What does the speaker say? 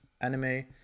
anime